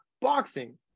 boxing